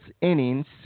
innings